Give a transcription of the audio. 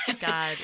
God